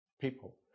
people